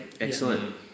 Excellent